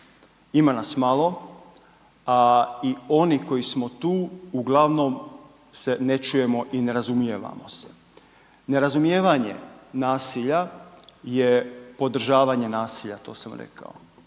ima nas malo, a i oni koji smo tu uglavnom se ne čujemo i ne razumijevamo se. Nerazumijevanje nasilja je podržavanje nasilja, to sam rekao,